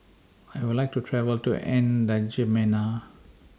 I Would like to travel to N'Djamena